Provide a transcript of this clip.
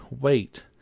wait